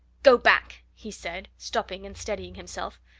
go back! he said, stopping and steadying himself.